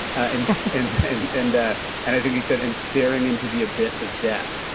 and and and and i think he said, and staring into the abyss of death.